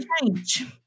change